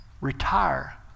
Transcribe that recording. retire